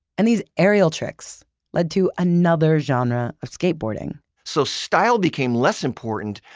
and these aerial tricks led to another genre of skateboarding. so style became less important,